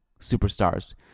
superstars